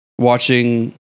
watching